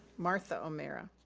martha o'meara.